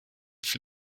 für